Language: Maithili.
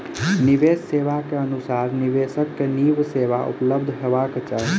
निवेश सेवा के अनुसार निवेशक के नीक सेवा उपलब्ध हेबाक चाही